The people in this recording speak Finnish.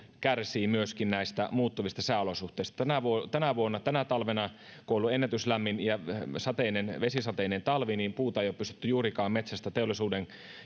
kärsii näistä muuttuvista sääolosuhteista tänä vuonna tänä vuonna tänä talvena kun on ollut ennätyslämmin ja vesisateinen vesisateinen talvi puuta ei ole juurikaan pystytty metsästä teollisuuden